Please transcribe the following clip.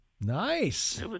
Nice